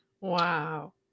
Wow